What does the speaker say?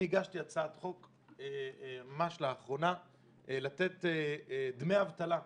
אני הגשתי הצעת חוק ממש לאחרונה לתת דמי אבטלה למתמחים.